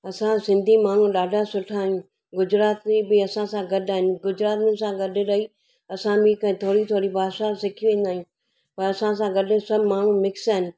असां सिंधी माण्हू ॾाढा सुठा आहियूं गुजराती बि असां सां गॾु आहिनि गुजरातीनि सां गॾु रही असां बि हिक थोरी थोरी भाषा सिखी वेंदा आहियूं पर असां सां गॾु सभु माण्हू मिक्स आहिनि